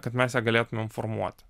kad mes ją galėtumėm formuoti